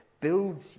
builds